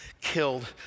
killed